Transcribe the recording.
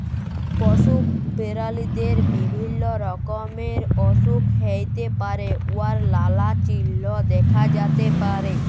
পশু পেরালিদের বিভিল্য রকমের অসুখ হ্যইতে পারে উয়ার লালা চিল্হ দ্যাখা যাতে পারে